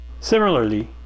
Similarly